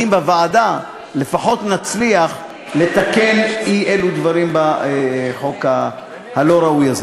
בוועדה לפחות נצליח לתקן אי-אלו דברים בחוק הלא-ראוי הזה.